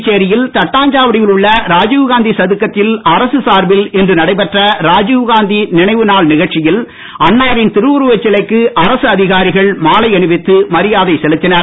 புதுச்சேரியில் தட்டாஞ்சாவடியில் உள்ள ராஜீவ்காந்தி சதுக்கத்தில் அரசு சார்பில் இன்று நடைபெற்ற ராஜீவ்காந்தி நினைவு நாள் நிகழ்ச்சியில் அன்னாரின் திருவுருவச் சிலைக்கு அரசு அதிகாரிகள் மாலை அணிவித்து மரியாதை செலுத்தினர்